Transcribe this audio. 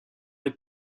les